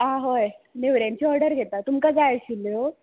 आ हय नेवऱ्यांची ऑडर घेता तुमकां जाय आशिल्ल्यो